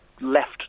left